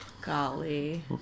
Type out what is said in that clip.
golly